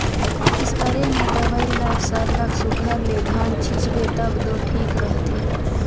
spray में दवई ल सरलग सुग्घर ले घन छींचबे तब दो ठीक रहथे